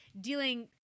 dealing